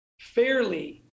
fairly